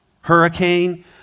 Hurricane